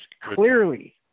clearly